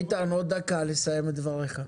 איתן עוד דקה לסיים את דבריך.